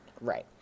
Right